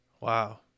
Wow